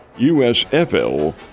USFL